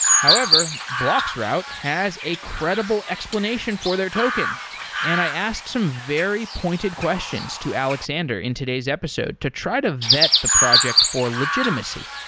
however, bloxroute has a credible explanation for their token and i asked some very pointed questions to aleksandar in today's episode to try to vet the project for legitimacy,